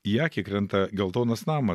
į akį krinta geltonas namas